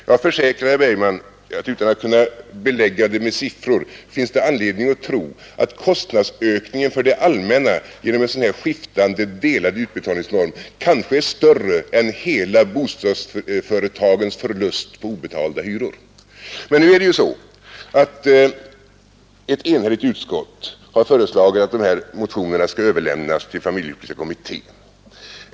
Jag försäkrar herr Bergman — utan att här belägga det med siffror — att det finns anledning att tro att kostnadsökningen för det allmänna genom införandet av en sådan uppdelning av utbetalningarna skulle vara större än vad som motsvarar bostadsföretagens sammanlagda förluster på obetalda hyror. Ett enhälligt utskott har emellertid nu föreslagit att ifrågavarande motioner skall överlämnas till familjepolitiska kommittén.